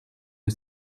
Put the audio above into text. aux